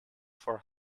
for